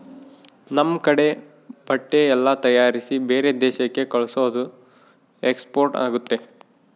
ನಮ್ ಕಡೆ ಬಟ್ಟೆ ಎಲ್ಲ ತಯಾರಿಸಿ ಬೇರೆ ದೇಶಕ್ಕೆ ಕಲ್ಸೋದು ಎಕ್ಸ್ಪೋರ್ಟ್ ಆಗುತ್ತೆ